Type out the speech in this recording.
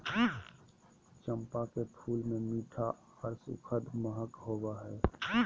चंपा के फूल मे मीठा आर सुखद महक होवो हय